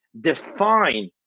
define